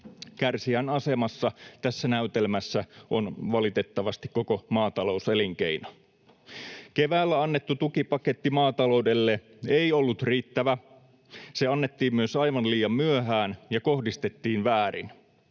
Kärsijän asemassa tässä näytelmässä on valitettavasti koko maatalouselinkeino. Keväällä annettu tukipaketti maataloudelle ei ollut riittävä. Se annettiin myös aivan liian myöhään ja kohdistettiin väärin.